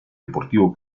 deportivo